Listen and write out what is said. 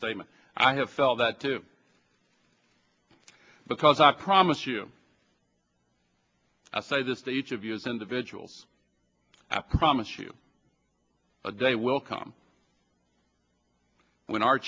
statement i have felt that too because i promise you i say this to each of you as individuals i promise you a day will come when our